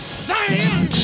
stand